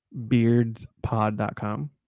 beardspod.com